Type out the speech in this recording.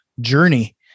journey